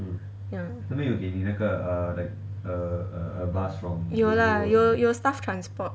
ya 有 lah 有有 staff transport